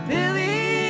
Billy